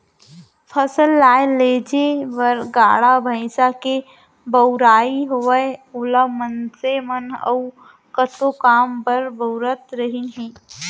फसल लाए लेजे बर गाड़ा भईंसा के बउराई होवय ओला मनसे मन अउ कतको काम बर बउरत रहिन हें